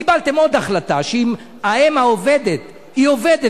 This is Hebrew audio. קיבלתם עוד החלטה: אם האם העובדת עובדת